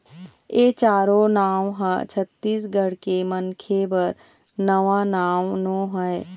ए चारो नांव ह छत्तीसगढ़ के मनखे बर नवा नांव नो हय